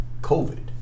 COVID